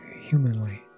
humanly